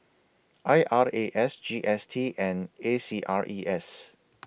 I R A S G S T and A C R E S